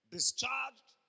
Discharged